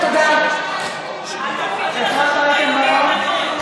בעד אפרת רייטן מרום,